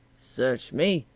search me.